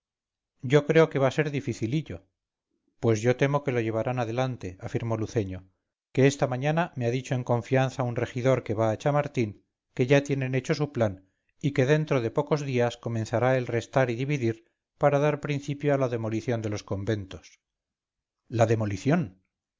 yo creo que va a ser dificilillo pues yo temo que lo llevarán adelante afirmó luceño que esta mañana me ha dicho en confianza un regidor que va a chamartín que ya tienen hecho su plan y que dentro de pocos días comenzará el restar y dividir para dar principio a la demolición de los conventos la demolición